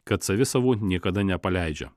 kad savi savų niekada nepaleidžia